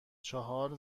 چهار